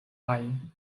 ajn